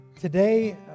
today